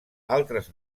altres